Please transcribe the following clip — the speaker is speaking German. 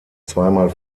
zweimal